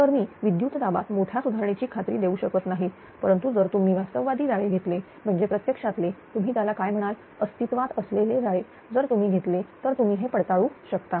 तर मी विद्युत दाबात मोठ्या सुधारणेची खात्री देऊ शकत नाही परंतु जर तुम्ही वास्तववादी जाळे घेतले म्हणजे प्रत्यक्षातले तुम्ही त्याला काय म्हणाल अस्तित्वात असलेले जाळे जर तुम्ही घेतले तर तुम्ही हे पडताळू शकता